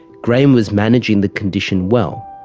graham was managing the condition well,